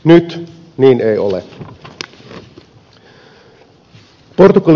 nyt niin ei ole